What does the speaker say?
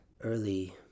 early